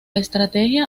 estrategia